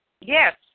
Yes